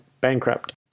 bankrupt